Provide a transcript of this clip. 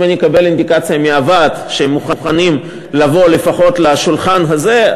אם אני אקבל אינדיקציה מהוועד שהם מוכנים לבוא לפחות לשולחן הזה,